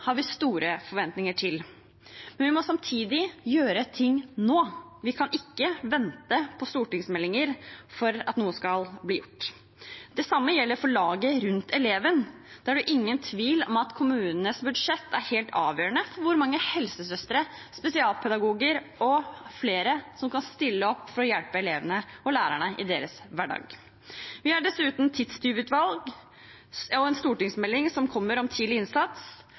har vi store forventninger til, men vi må samtidig gjøre ting nå. Vi kan ikke vente på stortingsmeldinger for at noe skal bli gjort. Det samme gjelder for laget rundt eleven. Det er ingen tvil om at kommunenes budsjett er helt avgjørende for hvor mange helsesøstre, spesialpedagoger og flere som kan stille opp for å hjelpe elevene og lærerne i deres hverdag. Vi har dessuten tidstyvutvalg og en stortingsmelding om tidlig innsats som kommer,